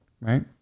right